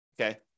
Okay